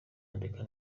ndeka